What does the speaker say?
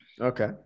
okay